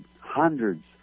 hundreds